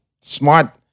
smart